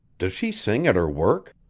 does she sing at her work?